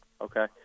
Okay